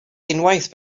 unwaith